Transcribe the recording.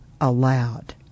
aloud